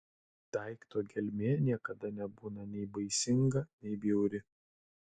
daikto gelmė niekada nebūna nei baisinga nei bjauri